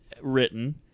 written